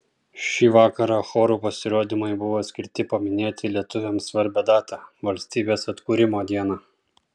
šį vakarą chorų pasirodymai buvo skirti paminėti lietuviams svarbią datą valstybės atkūrimo dieną